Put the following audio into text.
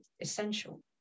essential